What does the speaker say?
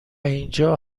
اینجا